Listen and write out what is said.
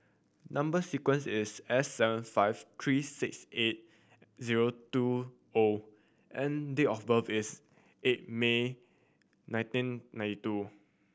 number sequence is S seven five three six eight zero two O and date of birth is eight May nineteen ninety two